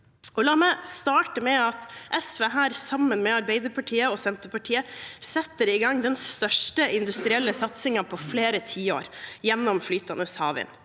La meg starte med at SV her, sammen med Arbeiderpartiet og Senterpartiet, setter i gang den største industrielle satsingen på flere tiår gjennom at flytende havvind